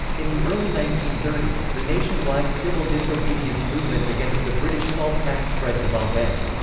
in the early nineteen thirty s, the nationwide civil disobedience movement against the british salt tax spread to bombay.